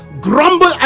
grumble